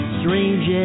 strange